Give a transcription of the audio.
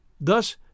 Thus